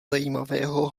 zajímavého